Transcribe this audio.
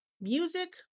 Music